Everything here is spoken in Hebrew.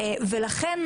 ולכן,